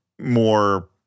more